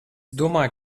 domāju